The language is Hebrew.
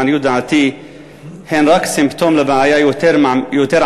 לעניות דעתי היא רק סימפטום של בעיה יותר עמוקה: